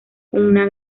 una